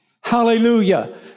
hallelujah